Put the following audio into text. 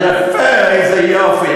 יפה, איזה יופי.